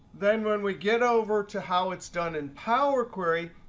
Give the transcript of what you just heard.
then when we get over to how it's done in power query,